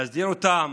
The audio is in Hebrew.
להסדיר אותם,